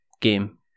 game